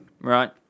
Right